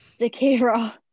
Zakira